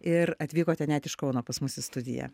ir atvykote net iš kauno pas mus į studiją